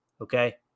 okay